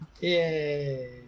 Yay